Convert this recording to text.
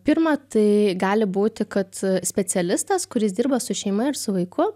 pirma tai gali būti kad specialistas kuris dirba su šeima ir su vaiku